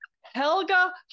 Helga